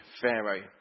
Pharaoh